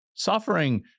Suffering